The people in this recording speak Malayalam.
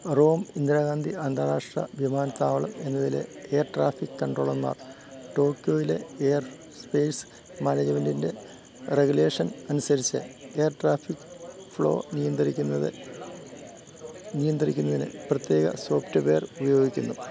ഇന്ദിരാഗാന്ധി അന്താരാഷ്ട്ര വിമാനത്താവളം എന്നതിലെ air traffic കൺട്രോളർമാർ ടോക്കിയോയിലെ air space മാനേജ്മെൻ്റിൻ്റെ regulation അനുസരിച്ച് എയർ ട്രാഫിക് ഫ്ലോ നിയന്ത്രിക്കുന്നത് നിയന്ത്രിക്കുന്നതിന് പ്രത്യേക സോഫ്റ്റ്വെയർ ഉപയോഗിക്കുന്നു